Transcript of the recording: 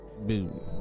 Boom